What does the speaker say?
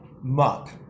muck